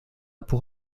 pour